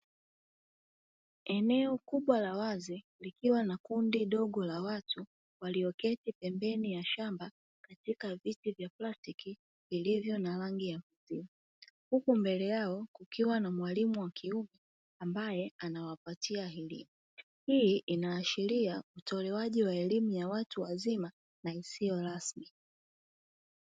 Eneo kubwa la wazi likiwa na kundi dogo la watu walioketi pembeni ya shamba, katika viti vya plastiki vilivyo na rangi ya maziwa. Huku mbele yao kukiwa na mwalimu wa kiume ambae anawapatia elimu. Hii inaashiria utolewaji wa elimu ya watu wazima na isiyo rasmi.